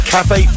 Cafe